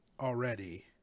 already